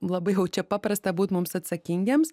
labai jau čia paprasta būt mums atsakingiems